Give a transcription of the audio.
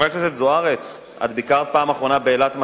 חברת הכנסת זוארץ, מתי בפעם האחרונה ביקרת באילת?